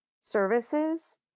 services